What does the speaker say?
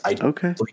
Okay